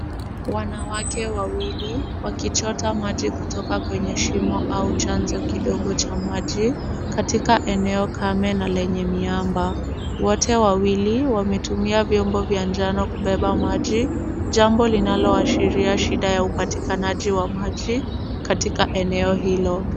Wanawake wawili wakichota maji kutoka kwenye shimo au chanzo kidogo cha maji, katika eneo kame na lenye miamba. Wote wawili wametumia vyombo vya njano kubeba maji, jambo linaloashiria shida ya upatikanaji wa maji katika eneo hilo.